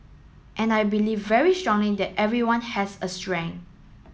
and I believe very strongly that everyone has a strength